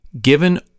given